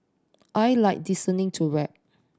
I like listening to rap